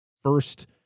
first